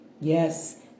Yes